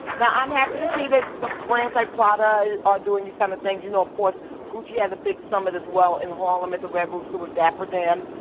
now i'm happy to see that brands like prada are doing these kind of things you know, of course gucci had a big summit as well in harlem at the revels to adapt for them.